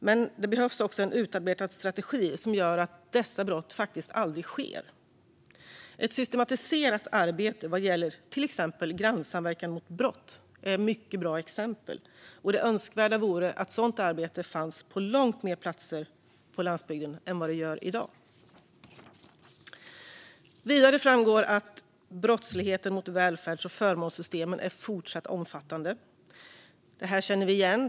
Men det behövs också en utarbetad strategi som gör att dessa brott faktiskt aldrig sker. Ett systematiserat arbete som Grannsamverkan mot brott är ett mycket bra exempel. Det önskvärda vore att ett sådant arbete fanns på långt fler platser på landsbygden än i dag. Vidare framgår att brottsligheten mot välfärds och förmånssystemen fortsatt är omfattande. Detta känner vi igen.